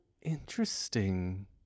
interesting